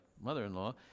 mother-in-law